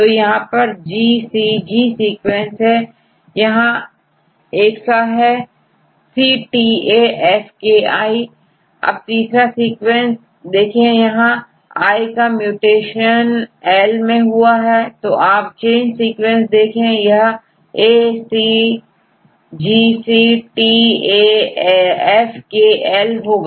तो यहां परGCG सीक्वेंस है यह एक सा हैCTAFKI अब तीसरा सीक्वेंस देखें यहां I का mutationL मैं हुआ है तो आप चेंज सीक्वेंस देखें यहACGCTAFKL होगा